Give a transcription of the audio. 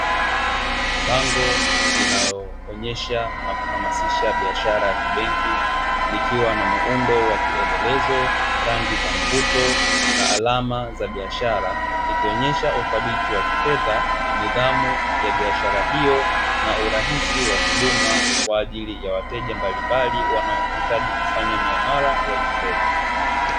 Bango linaloonesha na kuhamasisha biashara ya kibenki likiwa na muundo wa kielelezo rangi za mvuto na alama za biashara, ikionyesha uthabiti wa kifedha, nidhamu ya biashara hiyo na urahisi wa huduma kwa ajili ya wateja mbalimbali wanaohitaji kufanya miamala mbalimbali ya kifedha.